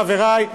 חבריי,